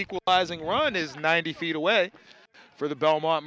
equalising run is ninety feet away for the belmont